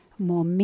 more